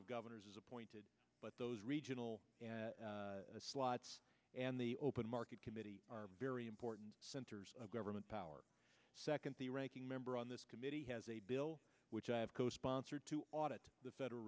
of governors is appointed but those regional slots and the open market committee are very important centers of government power second the ranking member on this committee has a bill which i have co sponsored to audit the federal